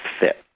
fit